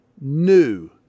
new